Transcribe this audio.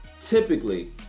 typically